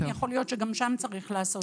יכול להיות שגם שם צריך לעשות שינויים.